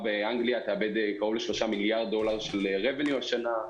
באנגליה תאבד קרוב ל-3 מיליארד דולר שלrevenue השנה.